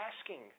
asking